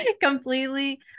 completely